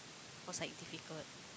was like difficult